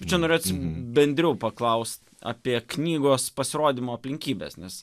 čia norėč bendriau paklaust apie knygos pasirodymo aplinkybes nes